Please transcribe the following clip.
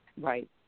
Right